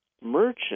merchant